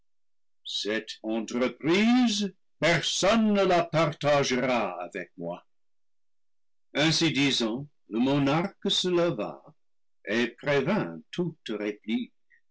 entre prise personne ne la partagera avec moi ainsi disant le monarque se leva et prévint toute réplique